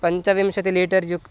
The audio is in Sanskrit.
पञ्चविंशतिः लीटर् युक्तम्